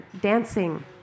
dancing